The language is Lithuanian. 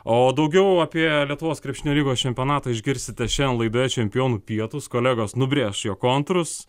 o daugiau apie lietuvos krepšinio lygos čempionatą išgirsite šiandien laidoje čempionų pietūs kolegos nubrėš jo kontūrus